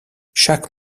chaque